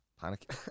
panic